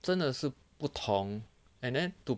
真的是不同 and then to